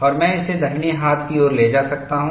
और मैं इसे दाहिने हाथ की ओर ले जा सकता हूं